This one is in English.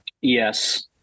Yes